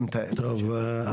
טוב,